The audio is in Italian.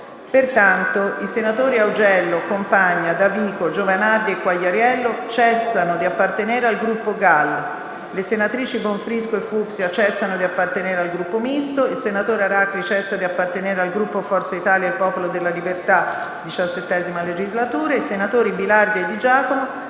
Pertanto i senatori Augello, Compagna, Davico, Giovanardi e Quagliariello cessano di appartenere al Gruppo GAL, le senatrici Bonfrisco e Fucksia cessano di appartenere al Gruppo Misto, il senatore Aracri cessa di appartenere al Gruppo Forza Italia-Il Popolo della Libertà XVII Legislatura, i senatori Bilardi e Di Giacomo